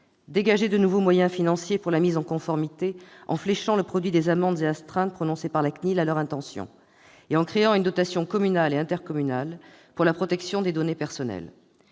dégager de nouveaux moyens financiers pour la mise en conformité, en « fléchant » le produit des amendes et astreintes prononcées par la CNIL à leur intention et en créant une dotation communale et intercommunale pour la protection des données personnelles.